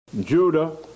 Judah